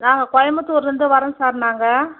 நாங்கள் கோயம்புத்தூர்லேருந்து வரோம் சார் நாங்கள்